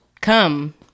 come